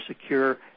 secure